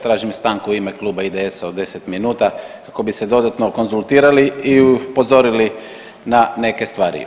Tražim stanku u ime Kluba IDS-a od 10 minuta kako bi se dodatno konzultirali i upozorili na neke stvari.